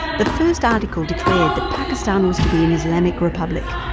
the first article declared that pakistan was to be an islamic republic,